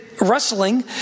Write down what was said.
Wrestling